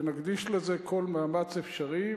ונקדיש לזה כל מאמץ אפשרי,